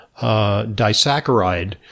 disaccharide